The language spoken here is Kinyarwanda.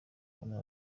abantu